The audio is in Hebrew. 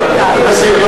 מסיר.